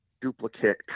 duplicate